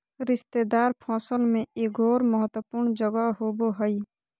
रेशेदार फसल में एगोर महत्वपूर्ण जगह होबो हइ